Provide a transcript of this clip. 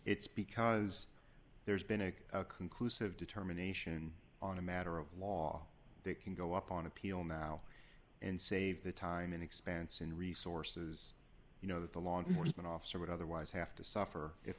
it's because there's been a conclusive determination on a matter of law they can go up on appeal now and save the time and expense and resources you know that the law enforcement officer would otherwise have to suffer if